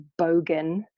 bogan